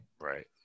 Right